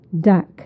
Duck